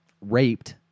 raped